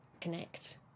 connect